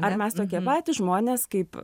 ar mes tokie patys žmonės kaip